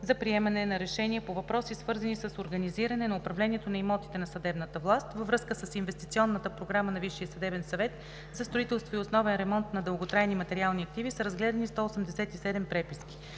за приемане на решения по въпроси, свързани с организиране на управлението на имотите на Съдебната власт. Във връзка с Инвестиционната програма на Висшия съдебен съвет за строителство и основен ремонт на дълготрайни материални активи са разгледани 187 преписки.